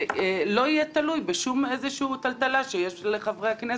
שלא תהיה תלוי בשום איזושהי טלטלה שיש לחברי הכנסת.